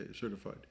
certified